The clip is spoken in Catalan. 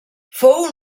fou